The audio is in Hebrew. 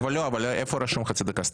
אבל איפה רשום חצי דקה?